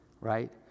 right